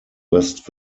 west